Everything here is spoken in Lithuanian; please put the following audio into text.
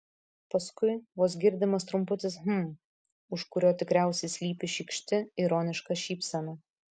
paskui vos girdimas trumputis hm už kurio tikriausiai slypi šykšti ironiška šypsena